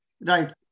Right